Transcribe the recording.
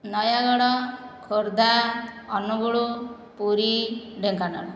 Nayagarh Khordha Angul Puri Dhenkanal